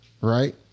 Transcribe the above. right